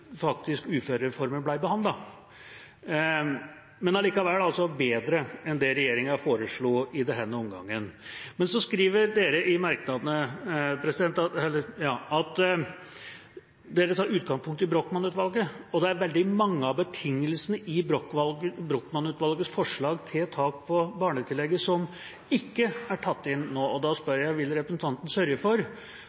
faktisk ble behandlet, men det er allikevel bedre enn det regjeringa foreslo i denne omgangen. De skriver i merknadene at de tar utgangspunkt i Brochmann-utvalget. Det er veldig mange av betingelsene i Brochmann-utvalgets forslag til tak på barnetillegget som ikke er tatt inn nå, og da